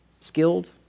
skilled